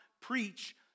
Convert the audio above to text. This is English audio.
preach